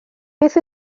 beth